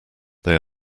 they